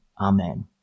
amen